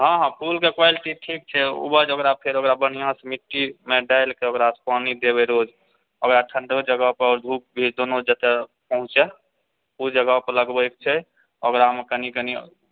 हँ हँ फूलके क्वालिटी ठीक छै उपर से ओकरा फेर बढ़िआँ से मिट्टीमे डालिके ओकरा पानि देबै रोज ओकरा ठण्डो जगह पर धूप भी दुनू जेतै पहुँचै ओ जगह पर लगबैके छै ओकरामे कनि कनि